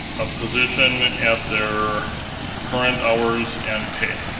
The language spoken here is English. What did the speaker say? a position at their current hours and pay.